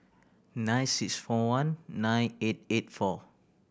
nine six four one nine eight eight four